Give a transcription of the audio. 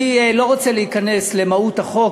אני לא רוצה להיכנס למהות החוק,